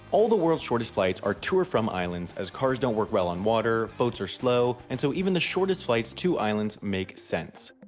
all the world's shortest flights are to or from islands as cars don't work well on water, boats are slow, and so even the shortest flights to islands make sense.